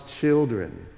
children